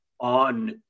on